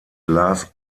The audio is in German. glas